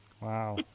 wow